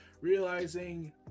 realizing